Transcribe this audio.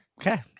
Okay